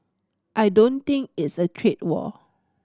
I don't think it's a trade war